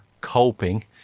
coping